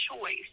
choice